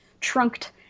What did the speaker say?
trunked